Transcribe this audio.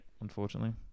unfortunately